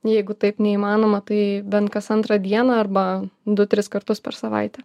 jeigu taip neįmanoma tai bent kas antrą dieną arba du tris kartus per savaitę